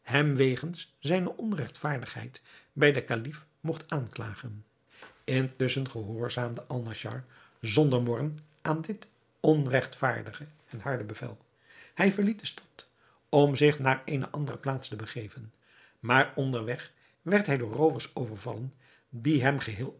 hem wegens zijne onregtvaardigheid bij den kalif mogt aanklagen intusschen gehoorzaamde alnaschar zonder morren aan dit onregtvaardige en harde bevel hij verliet de stad om zich naar eene andere plaats te begeven maar onder weg werd hij door roovers overvallen die hem geheel